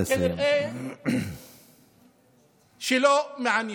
כנראה זה לא מעניין.